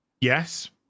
Yes